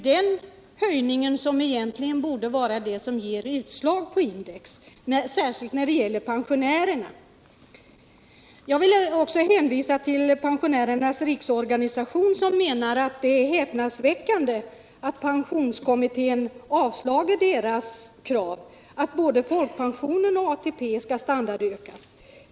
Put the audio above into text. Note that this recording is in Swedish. Det borde egentligen vara den höjningen som ger utslag i index, särskilt för pensionärerna. Jag vill också hänvisa till Pensionärernas riksorganisation, som anser det häpnadsväckande att pensionskommittén avstyrkt organisationens krav på att både folkpensionen och ATP skall standardökas.